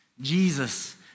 Jesus